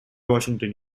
washington